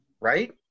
right